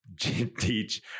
teach